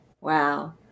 Wow